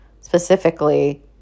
specifically